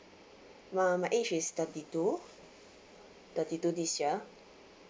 my my age is thirty two thirty two this year